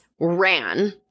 ran